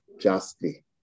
justly